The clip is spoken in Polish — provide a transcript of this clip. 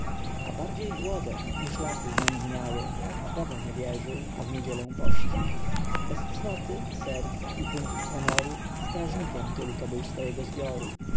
a bardziej głodem niż laty znędzniały w boga nie wierzył a w niedzielę pościł bez cnoty serca i punktu honoru strażnikiem tylko był swojego zbioru